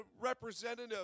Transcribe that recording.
representative